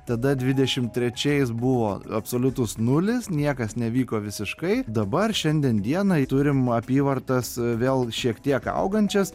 tada dvidešim trečiais buvo absoliutus nulis niekas nevyko visiškai dabar šiandien dienai turim apyvartas vėl šiek tiek augančias